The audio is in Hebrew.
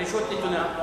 הרשות נתונה.